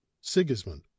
sigismund